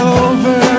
over